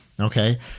Okay